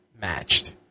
matched